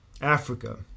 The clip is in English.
Africa